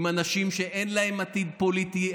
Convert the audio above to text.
עם אנשים שאין להם עתיד פוליטי,